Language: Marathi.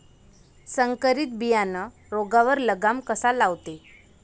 संकरीत बियानं रोगावर लगाम कसा लावते?